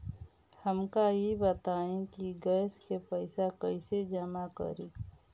हमका ई बताई कि गैस के पइसा कईसे जमा करी?